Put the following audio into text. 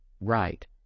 right